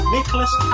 Nicholas